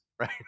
right